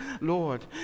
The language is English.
Lord